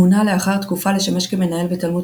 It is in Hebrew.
מונה לאחר תקופה לשמש כמנהל בתלמוד